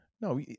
No